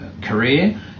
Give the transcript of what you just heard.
career